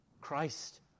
Christ